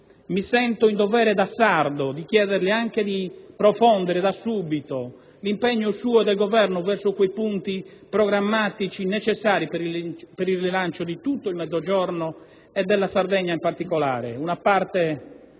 mi sento in dovere di chiederle anche di profondere da subito l'impegno suo e del Governo verso quei punti programmatici necessari per il rilancio di tutto il Mezzogiorno e della Sardegna in particolare, una parte